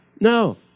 No